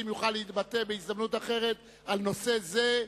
יוכל להתבטא בהזדמנות אחרת בנושא זה,